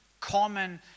common